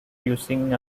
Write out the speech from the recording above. using